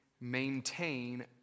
maintain